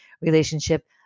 relationship